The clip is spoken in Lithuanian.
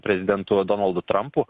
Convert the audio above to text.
prezidentu donaldu trampu